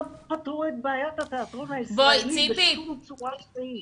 לא פתרו את בעיית התיאטרון הישראלי בשום צורה שהיא.